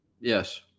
Yes